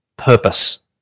Purpose